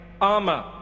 armor